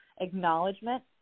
acknowledgement